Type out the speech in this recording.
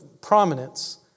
prominence